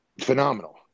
Phenomenal